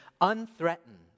unthreatened